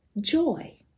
joy